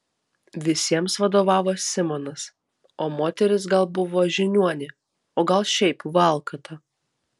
visiems vadovavo simonas o moteris gal buvo žiniuonė o gal šiaip valkata